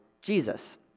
Jesus